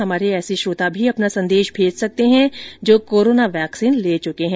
हमारे ऐसे श्रोता भी अपना संदेश भेज सकते हैं जो कोरोना वैक्सीन ले चुके हैं